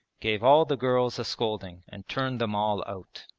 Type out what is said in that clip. gave all the girls a scolding, and turned them all out.